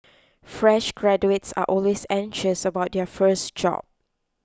fresh graduates are always anxious about their first job